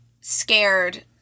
scared